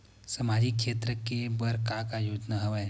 सामाजिक क्षेत्र के बर का का योजना हवय?